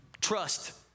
Trust